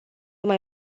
mai